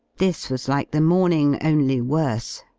this was like the morning, only worse.